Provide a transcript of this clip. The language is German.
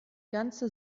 ganze